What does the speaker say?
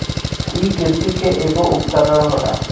इ किरसी के ऐगो उपकरण होला